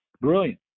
brilliant